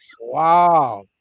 wow